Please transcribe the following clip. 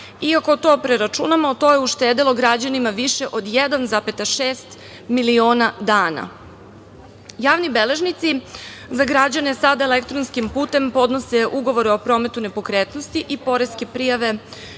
ako to preračunamo, to je uštedelo građanima više od 1,6 miliona dana. Javni beležnici za građane sada elektronskim putem podnose ugovore o prometu nepokretnosti i poreske prijave